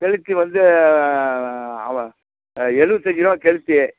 கெளுத்தி வந்து அவ எழுவத்தி அஞ்சிருபா கெளுத்தி